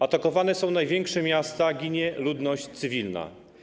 Atakowane są największe miasta, ginie ludność cywilna.